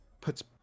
puts